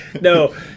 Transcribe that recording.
No